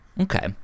Okay